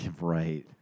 Right